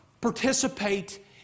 participate